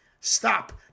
stop